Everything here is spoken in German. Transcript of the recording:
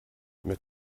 mit